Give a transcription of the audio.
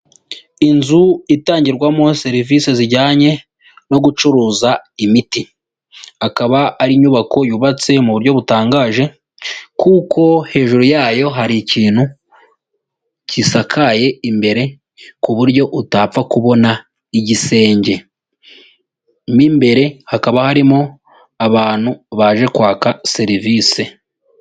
Inzu itangirwamo serivisi zijyanye no gucuruza imiti, akaba ari inyubako yubatse mu buryo butangaje, kuko hejuru yayo hari ikintu gisakaye imbere ku buryo utapfa kubona igisenge mo imbere hakaba harimo abantu baje kwaka serivisi.